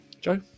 Joe